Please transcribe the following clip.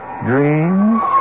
dreams